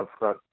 upfront